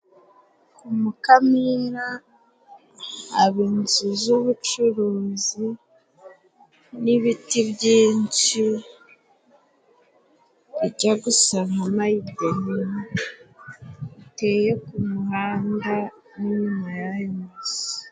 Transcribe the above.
Ku Mukamira haba inzu z'ubucuruzi n'ibiti byinshi bijya gusa nka mayideni, biteye ku muhanda n' inyuma y'ayo mazu.